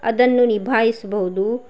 ಅದನ್ನು ನಿಭಾಯಿಸ್ಬಹ್ದು